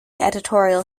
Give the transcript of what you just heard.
editorial